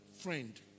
friend